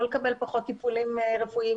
לא לקבל פחות טיפולים רפואיים,